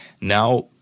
now